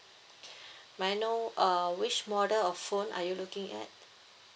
my know uh which model of phone are you looking at